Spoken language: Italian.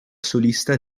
solista